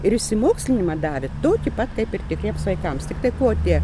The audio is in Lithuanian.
ir išsimokslinimą davė tokį pat kaip ir tikriems vaikams tiktai ko tie